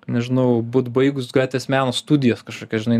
nežinau būt baigus gatvės meno studijas kažkokias žinai